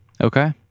okay